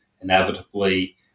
inevitably